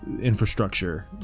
Infrastructure